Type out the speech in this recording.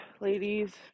ladies